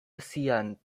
sian